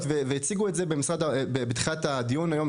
והציגו את זה היום ממשרד האוצר בתחילת הדיון,